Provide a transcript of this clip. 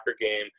game